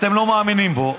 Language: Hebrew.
אתם לא מאמינים בו,